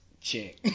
check